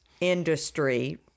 Industry